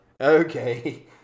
Okay